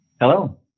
Hello